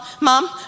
mom